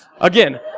Again